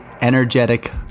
energetic